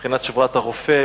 מבחינת שבועת הרופא,